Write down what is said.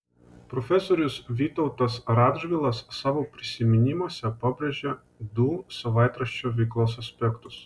profesorius vytautas radžvilas savo prisiminimuose pabrėžia du savaitraščio veiklos aspektus